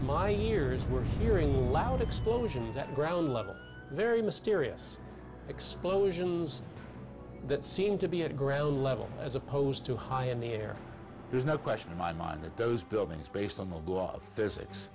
my ears were hearing loud explosions at ground level very mysterious explosions that seem to be at ground level as opposed to high in the air there's no question in my mind that those buildings based on the laws of physics